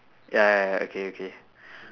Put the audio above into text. ya ya ya okay okay